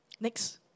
next